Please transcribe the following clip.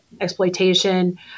exploitation